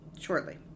shortly